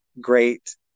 great